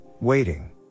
waiting